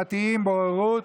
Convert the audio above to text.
הצעת חוק שיפוט בתי דין דתיים (בוררות),